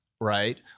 right